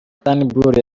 turnbull